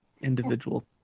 individual